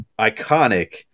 iconic